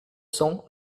cents